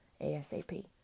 ASAP